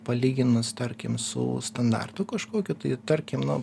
palyginus tarkim su standartu kažkokiu tai tarkim nu